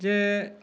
ᱡᱮ